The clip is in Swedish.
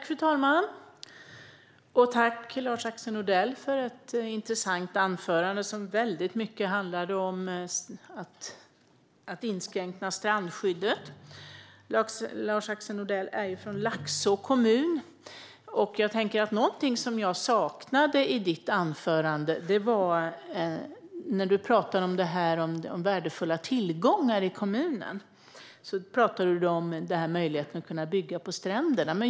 Fru talman! Tack för ett intressant anförande, Lars-Axel Nordell! Det handlade väldigt mycket om att inskränka strandskyddet. Du är från Laxå kommun, Lars-Axel Nordell, och jag saknade något i ditt anförande när du talade om detta med värdefulla tillgångar i kommunen och om möjligheten att bygga på stränderna.